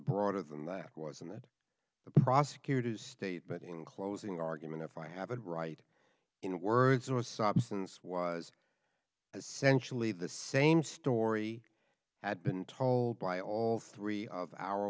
to them that was in that the prosecutor's state but in closing argument if i have it right in words or substance was essentially the same story had been told by all three of our